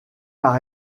par